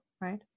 right